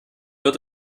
wird